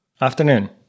Afternoon